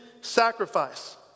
sacrifice